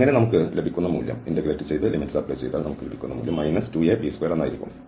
അങ്ങനെ നമുക്ക് ലഭിക്കുന്ന മൂല്യം 2ab2 എന്നായിരിക്കും